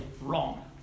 wrong